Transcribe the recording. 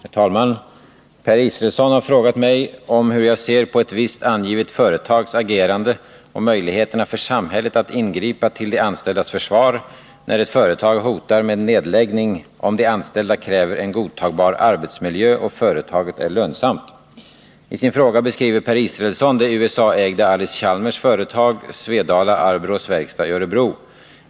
Herr talman! Per Israelsson har frågat mig om hur jag ser på ett visst angivet företags agerande och möjligheterna för samhället att ingripa till de anställdas försvar när ett företag hotar med nedläggning om de anställda kräver en godtagbar arbetsmiljö och företaget är lönsamt. I sin fråga beskriver Per Israelsson det USA-ägda Allis Chalmers företag Svedala Arbrås verkstad i Örebro.